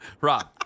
Rob